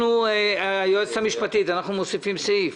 היועצת המשפטית, אנחנו מוסיפים סעיף.